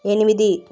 ఎనిమిది